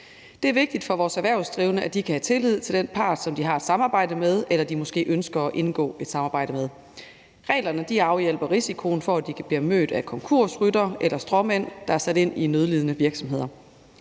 Det er vigtigt for vores erhvervsdrivende, at de kan have tillid til den part, som de har et samarbejde med, eller som de måske ønsker at indgå et samarbejde med. Reglerne afhjælper risikoen for, at de bliver mødt af konkursryttere eller stråmænd, der er sat ind i nødlidende virksomheder.